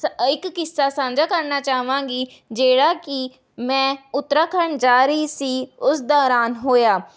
ਸ ਇੱਕ ਕਿੱਸਾ ਸਾਂਝਾ ਕਰਨਾ ਚਾਹਾਂਗੀ ਜਿਹੜਾ ਕਿ ਮੈਂ ਉਤਰਾਖੰਡ ਜਾ ਰਹੀ ਸੀ ਉਸ ਦੌਰਾਨ ਹੋਇਆ